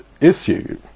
issue